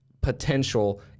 potential